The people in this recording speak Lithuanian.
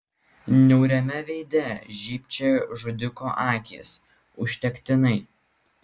niauriame veide žybčiojo žudiko akys užtektinai